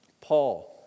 Paul